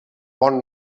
bon